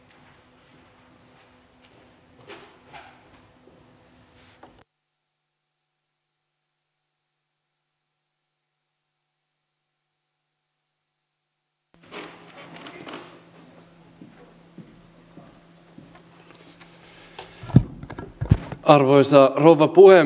arvoisa rouva puhemies